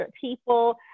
people